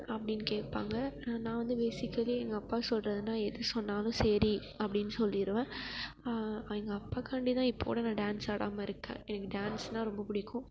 அப்படின்னு கேட்பாங்க நான் வந்து பேசிக்கலி எங்கள் அப்பா சொல்வதுன்னா எது சொன்னாலும் சரி அப்படின்னு சொல்லிடுவேன் எங்கள் அப்பாக்காண்டி தான் இப்போ கூட டான்ஸ் ஆடாமல் இருக்கேன் எனக்கு டான்ஸ்னால் ரொம்ப பிடிக்கும்